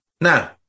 Now